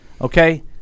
Okay